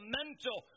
mental